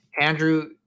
Andrew